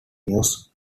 news